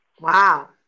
Wow